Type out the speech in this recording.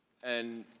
and,